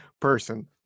person